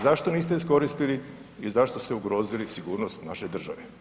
Zašto niste iskoristili i zašto ste ugrozili sigurnost naše države?